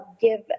give